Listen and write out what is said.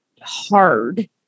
hard